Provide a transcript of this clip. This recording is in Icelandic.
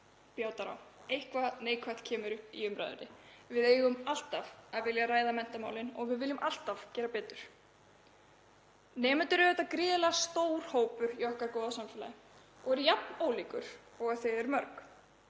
bjátar á, eitthvað neikvætt kemur upp í umræðunni. Við eigum alltaf að vilja ræða menntamálin og við viljum alltaf gera betur. Nemendur eru auðvitað gríðarlega stór hópur í okkar góða samfélagi og er jafn ólíkur og þau eru mörg.